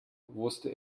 wusste